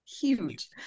Huge